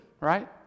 right